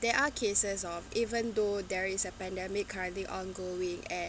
there are cases of even though there is a pandemic currently ongoing at